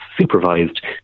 supervised